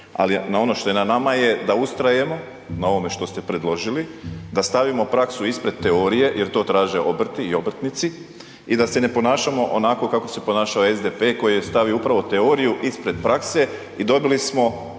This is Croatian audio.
ali ono što je na nama je da ustrajemo na ovome što ste predložili, da stavimo praksu ispred teorije jer to traže obrti i obrtnici i da se ne ponašamo onako kako se ponašao SDP koji je stavio upravo teoriju ispred prakse i dobili smo